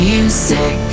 Music